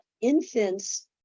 infants